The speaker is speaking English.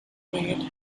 mate